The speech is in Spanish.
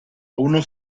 unos